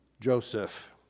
Joseph